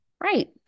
Right